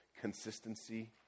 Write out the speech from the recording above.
consistency